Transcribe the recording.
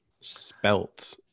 spelt